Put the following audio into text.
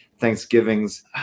Thanksgivings